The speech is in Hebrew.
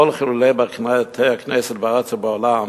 כל חילולי בתי-הכנסת בארץ ובעולם